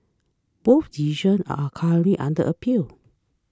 both decisions are currently under appeal